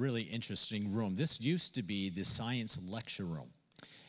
really interesting room this used to be this science lecture room